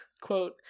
quote